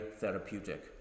therapeutic